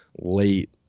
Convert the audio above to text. late